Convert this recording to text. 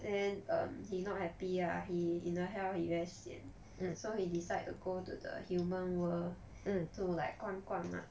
then um he not happy lah he in a hell he very sian so he decide to go to the human world to like 逛逛啊